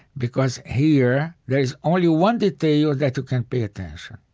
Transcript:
because here, there's only one detail that you can pay attention.